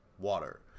water